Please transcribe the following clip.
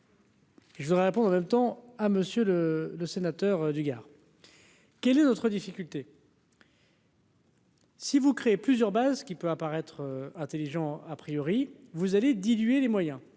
Je voudrais répondre en même temps, ah Monsieur le le sénateur du Gard. Quelle est notre difficulté. Si vous créez plusieurs bases qui peut apparaître intelligent a priori vous allez diluer les moyens,